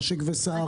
'נשק וסע',